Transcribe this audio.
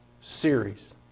series